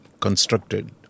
constructed